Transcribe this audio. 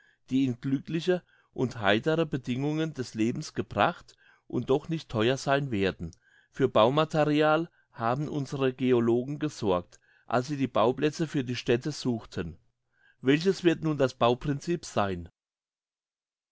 die in glückliche und heitere bedingungen des lebens gebracht und doch nicht theuer sein werden für baumaterial haben unsere geologen gesorgt als sie die bauplätze für die städte suchten welches wird nun das bauprincip sein